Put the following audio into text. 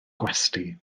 gwesty